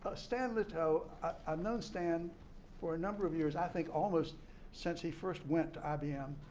ah stan litow, i've known stan for a number of years, i think almost since he first went ibm